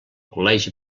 col·legi